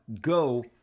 go